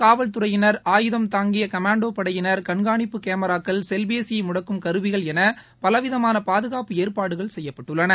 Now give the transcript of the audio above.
காவல்துறையின் ஆயுதம் தாங்கிய கமாண்டோ படையின் கண்காணிப்பு கேமராக்கள் செல்பேசியை முடக்கும் கருவிகள் என பலவிதமான பாதுகாப்பு ஏற்பாடுகள் செய்யப்பட்டுள்ளன